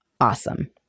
awesome